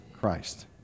Christ